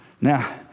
Now